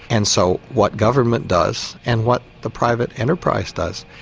and so what government does and what the private enterprise does,